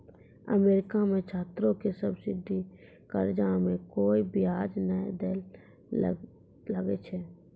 America मे छात्रो के सब्सिडी कर्जा मे कोय बियाज नै दै ले लागै छै